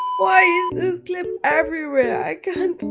why is this clip everywhere? i can't!